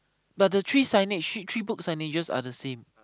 but the three signage three three book signages are the same